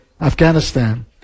Afghanistan